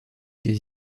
des